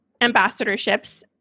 ambassadorships